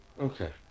Okay